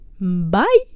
Bye